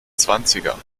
zwanziger